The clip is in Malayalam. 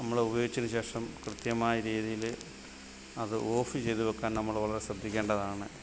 നമ്മൾ ഉപയോഗിച്ചതിന് ശേഷം കൃത്യമായ രീതിയിൽ അത് ഓഫ് ചെയ്ത് വെക്കാൻ നമ്മൾ വളരെ ശ്രദ്ദിക്കേണ്ടതാണ്